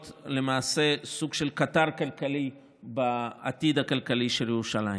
להיות למעשה סוג של קטר כלכלי בעתיד הכלכלי של ירושלים.